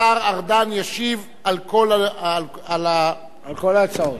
השר ארדן ישיב על כל, על כל ההצעות.